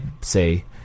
say